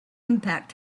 impact